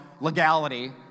legality